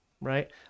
Right